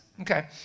Okay